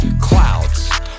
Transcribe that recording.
Clouds